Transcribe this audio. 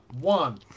one